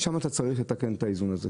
שם אתה צריך לתקן את האיזון הזה.